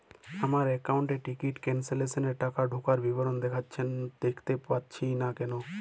আমার একাউন্ট এ ticket cancellation এর টাকা ঢোকার বিবরণ দেখতে পাচ্ছি না কেন?